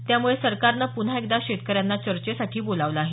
त्यामुळे सरकारने पुन्हा शेतकऱ्यांना चर्चेसाठी बोलावलं आहे